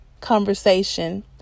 conversation